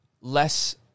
less